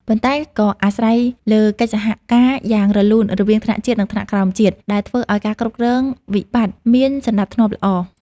ប៉ុន្តែក៏អាស្រ័យលើកិច្ចសហការយ៉ាងរលូនរវាងថ្នាក់ជាតិ និងថ្នាក់ក្រោមជាតិ ដែលធ្វើឱ្យការគ្រប់គ្រងវិបត្តិមានសណ្ដាប់ធ្នាប់ល្អ។